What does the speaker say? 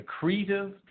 accretive